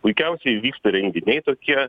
puikiausiai vyksta renginiai tokie